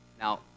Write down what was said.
Now